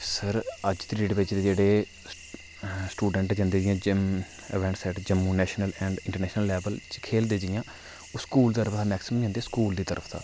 sir अज्ज दी date दै बिच्च जेह्ड़े स्टुडैंट जंदे जियां gym event set Jammu national and international level च खेलदे जि'यां ओह् स्कूल दी तरफ दा जंदे मैक्सिमम स्कूल दा